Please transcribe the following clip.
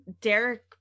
Derek